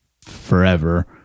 forever